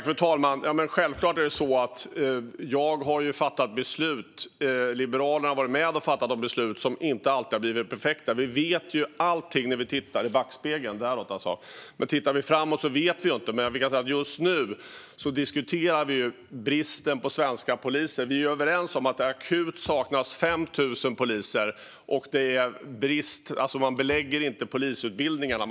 Fru talman! Självklart har jag och Liberalerna varit med och fattat beslut som inte alltid har blivit perfekta. Vi vet allting när vi tittar i backspegeln, men tittar vi framåt vet vi inte. Just nu diskuterar vi bristen på svenska poliser. Vi är överens om att det akut saknas 5 000 poliser. Det är en brist. Man fyller inte polisutbildningarna.